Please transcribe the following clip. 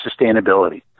sustainability